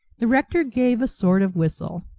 the rector gave a sort of whistle,